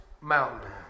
mountain